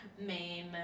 main